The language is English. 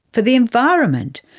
for the environment,